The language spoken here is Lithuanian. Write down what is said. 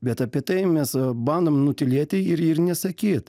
bet apie tai mes bandom nutylėti ir ir nesakyt